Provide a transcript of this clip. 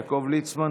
יעקב ליצמן,